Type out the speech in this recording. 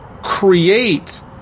Create